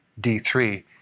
D3